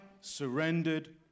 surrendered